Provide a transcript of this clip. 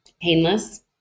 painless